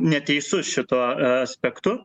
neteisus šituo aspektu